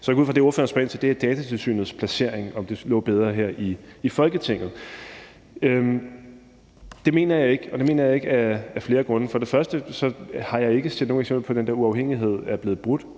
går ud fra, at det, ordføreren spørger ind til, er Datatilsynets placering, og om det lå bedre her i Folketinget. Det mener jeg ikke, og det mener jeg ikke af flere grunde. For det første har jeg ikke set nogen eksempler på, at den her uafhængighed er blevet brudt.